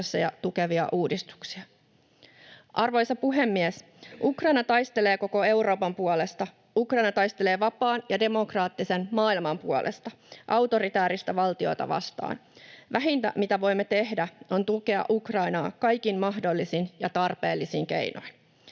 Arvoisa puhemies! Ukraina taistelee koko Euroopan puolesta. Ukraina taistelee vapaan ja demokraattisen maailman puolesta autoritääristä valtiota vastaan. Vähintä, mitä voimme tehdä, on tukea Ukrainaa kaikin mahdollisin ja tarpeellisin keinoin.